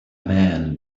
man